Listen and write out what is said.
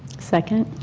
second.